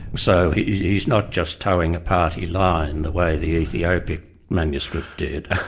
so he's he's not just toeing a party line the way the ethiopic manuscript did.